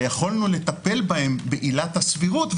ויכולנו לטפל בהן בעילת הסבירות,